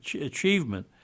achievement